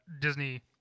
disney